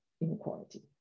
inequality